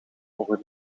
over